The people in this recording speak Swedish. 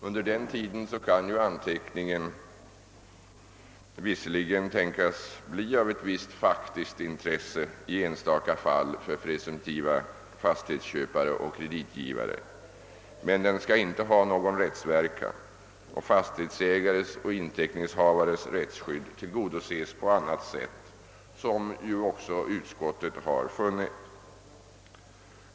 Under denna tid kan anteckningen visserligen i enstaka fall tänkas bli av ett visst faktiskt intresse för presumtiva fastighetsköpare och kreditgivare men den skall inte ha någon rättsverkan, och fastighetsägarens och inteckningshavarens rättsskydd tillgodoses på annat sätt, såsom också utskottet har funnit.